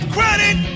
Credit